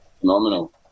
phenomenal